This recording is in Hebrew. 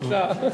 בבקשה.